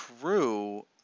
true